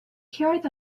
heard